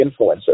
influencers